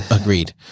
Agreed